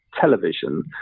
television